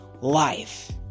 life